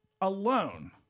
alone